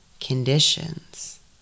conditions